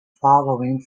following